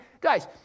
guys